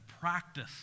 practice